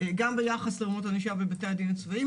גם ביחס לרמות ענישה בבתי הדין הצבאיים,